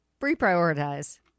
reprioritize